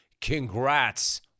Congrats